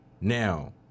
Now